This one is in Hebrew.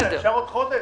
חנה, אפשר עוד חודש?